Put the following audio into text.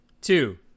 Two